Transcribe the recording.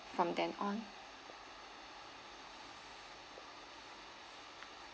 from them on